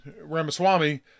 Ramaswamy